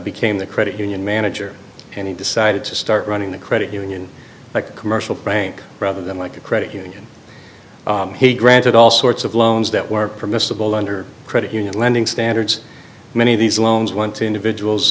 became the credit union manager and he decided to start running the credit union like a commercial bank rather than like a credit union he granted all sorts of loans that were permissible under credit union lending standards many of these loans went to individuals